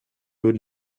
would